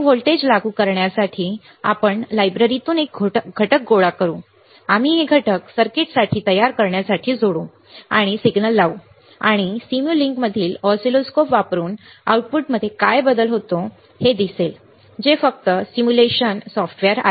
voltage लागू करण्यासाठी आपण लायब्ररीतून घटक गोळा करू आम्ही हे घटक सर्किट तयार करण्यासाठी जोडू आणि आम्ही सिग्नल लावू आणि सिम्युलिंकमधील ऑसिलोस्कोप वापरून आउटपुटमध्ये काय बदल होतो हे तुम्हाला दिसेल जे फक्त सिम्युलेशन सॉफ्टवेअर आहे